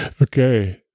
Okay